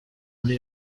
muri